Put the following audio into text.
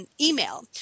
email